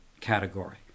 category